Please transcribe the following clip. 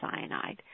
cyanide